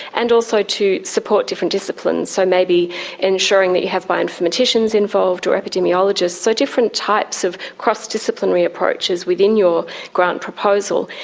and also to support different disciplines. so maybe ensuring that you have bioinformaticians involved or epidemiologists, so different types of cross-disciplinary approaches within your grant proposal.